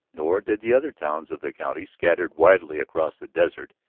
nor did the other towns of the county, scattered widely across the desert,